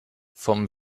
vom